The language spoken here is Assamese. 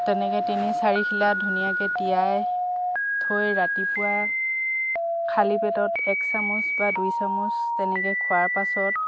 তেনেকৈ তিনি চাৰিখিলা ধুনীয়াকৈ তিয়াই থৈ ৰাতিপুৱা খালী পেটত এক চামুচ বা দুই চামুচ তেনেকৈ খোৱাৰ পাছত